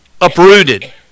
uprooted